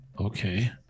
okay